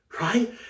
Right